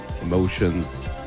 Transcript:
emotions